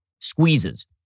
squeezes